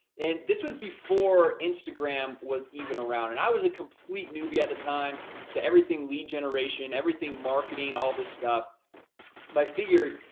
and this was before instagram was even around, and i was a complete newbie at the time to everything lead generation, everything marketing, all this stuff figured,